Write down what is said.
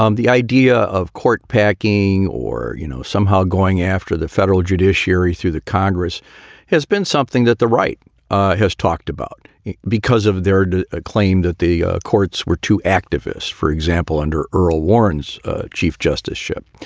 um the idea of court packing or, you know, somehow going after the federal judiciary through the congress has been something that the right has talked about because of their ah claim that the ah courts were too activist. for example, under earl warren's chief justice ship,